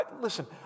Listen